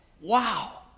Wow